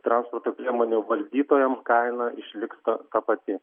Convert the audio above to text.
transporto priemonių valdytojams kaina išliks ta pati